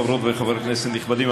חברות וחברי כנסת נכבדים,